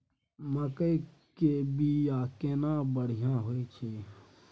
मकई के बीया केना बढ़िया होय छै?